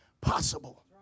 possible